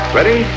Ready